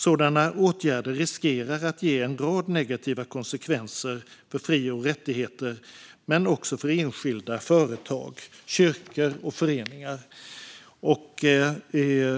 Sådana åtgärder riskerar att ge en rad negativa konsekvenser för fri och rättigheter men också för enskilda företag, kyrkor och föreningar.